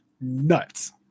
nuts